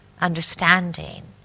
understanding